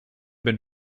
been